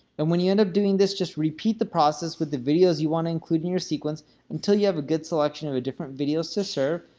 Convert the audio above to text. and when you end up doing this, just repeat the process with the videos you want to include in your sequence until you have a good selection of different videos to serve,